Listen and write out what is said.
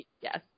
yes